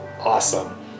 awesome